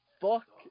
fuck